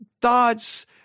Thoughts